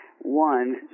one